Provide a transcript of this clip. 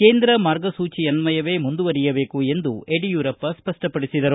ಕೇಂದ್ರ ಮಾರ್ಗಸೂಚಿಯನ್ನವೇ ಮುಂದುವರೆಯಬೇಕು ಎಂದು ಯಡಿಯೂರಪ್ಪ ಸ್ಪಷ್ಟಪಡಿಸಿದರು